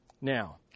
Now